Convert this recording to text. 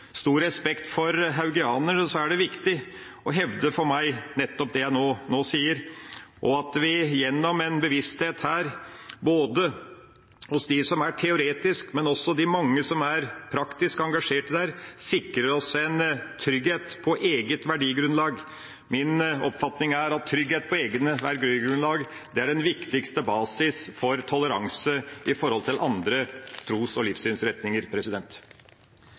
er det viktig å hevde nettopp det jeg nå sier, at vi gjennom en bevissthet her, ikke bare hos dem som er teoretisk engasjert, men også hos de mange som er praktisk engasjert i dette, sikrer oss en trygghet på eget verdigrunnlag. Min oppfatning er at trygghet på egne verdigrunnlag er den viktigste basis for toleranse overfor andre tros- og livssynsretninger.